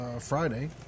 Friday